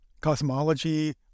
cosmology